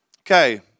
Okay